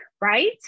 right